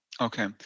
Okay